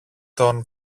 τον